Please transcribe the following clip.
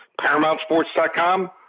ParamountSports.com